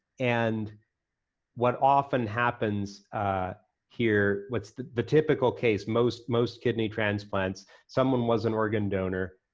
and what often happens here, what's the the typical case most most kidney transplants someone was an organ donor,